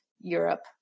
Europe